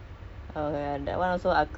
just biasa punya